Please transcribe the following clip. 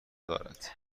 دارد